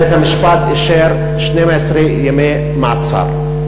בית-המשפט אישר 12 ימי מעצר.